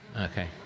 Okay